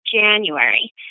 January